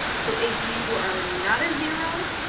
so if you are not a zero,